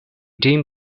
ĝin